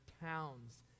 towns